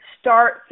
start